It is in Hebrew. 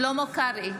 שלמה קרעי,